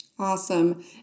Awesome